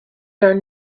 are